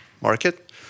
market